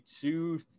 two